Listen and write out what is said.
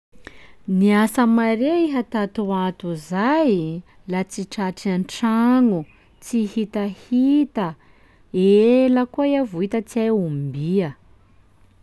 "Niasa mare iha tatoato zay, la tsy tratry an-tragno, tsy hitahita, ela koa iha vao hita tsy hay ombia?"